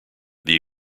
this